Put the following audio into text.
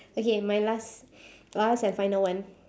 okay my last last and final one